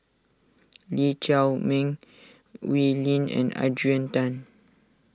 Lee Chiaw Meng Wee Lin and Adrian Tan